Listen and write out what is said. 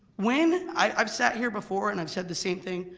when, i've sat here before and i've sad the same thing,